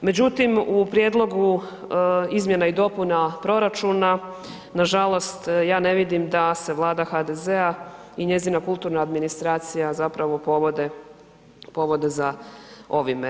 Međutim, u prijedlogu izmjena i dopuna proračuna nažalost ja ne vidim da se Vlada HDZ-a i njezina kulturna administracija zapravo povode, povode za ovime.